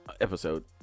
episode